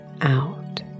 out